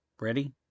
Ready